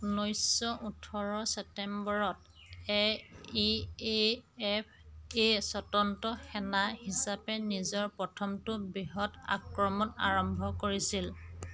ঊনৈছশ ওঠৰ ছেটেম্বৰত এ ই এফ এ স্বতন্ত্ৰ সেনা হিচাপে নিজৰ প্ৰথমটো বৃহৎ আক্ৰমণ আৰম্ভ কৰিছিল